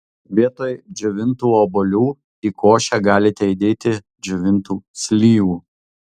vietoj džiovintų obuolių į košę galite įdėti džiovintų slyvų